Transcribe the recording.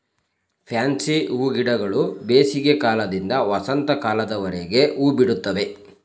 fancy ಹೂಗಿಡಗಳು ಬೇಸಿಗೆ ಕಾಲದಿಂದ ವಸಂತ ಕಾಲದವರೆಗೆ ಹೂಬಿಡುತ್ತವೆ